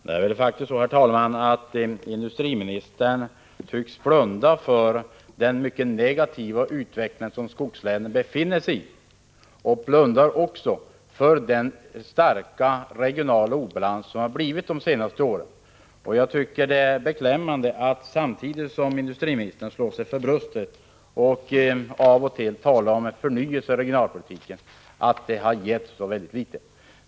Herr talman! Nej, det är faktiskt så att industriministern tycks blunda för den mycket negativa utveckling som skogslänen befinner sig i, och han blundar också för den starka regionala obalans som uppstått de senaste åren. Jag tycker att det är beklämmande att industriministern slår sig för bröstet och då och då talar om en förnyelse av regionalpolitiken, när den samtidigt har gett så litet.